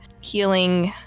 healing